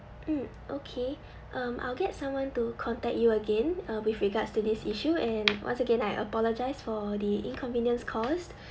mm okay um I'll get someone to contact you again uh with regards to this issue and once again I apologise for the inconvenience caused